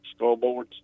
scoreboards